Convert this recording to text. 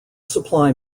supply